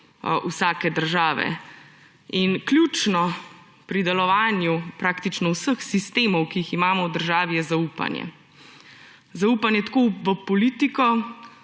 vsake države. In ključno pri delovanju praktično vseh sistemov, ki jih imamo v državi, je zaupanje. Zaupanje tako v politiko